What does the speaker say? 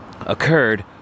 occurred